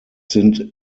sind